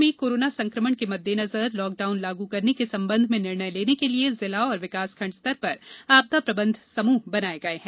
राज्य में कोरोना संक्रमण के मद्देनजर लॉकडाउन लागू करने के संबंध में निर्णय लेने के लिए जिला और विकासखंड स्तर पर आपदा प्रबंधन समूह बनाए गए हैं